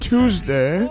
Tuesday